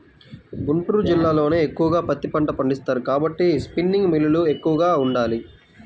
గుంటూరు జిల్లాలోనే ఎక్కువగా పత్తి పంట పండిస్తారు కాబట్టి స్పిన్నింగ్ మిల్లులు ఎక్కువగా ఉండాలి